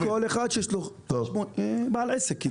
כל בעל עסק.